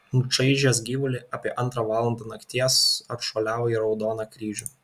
nučaižęs gyvulį apie antrą valandą nakties atšuoliavo į raudoną kryžių